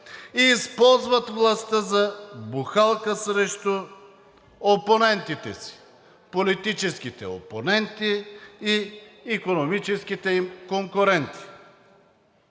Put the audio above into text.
и използват властта за бухалка срещу опонентите си – политическите опоненти, и икономическите си конкуренти.